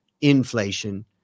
inflation